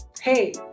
hey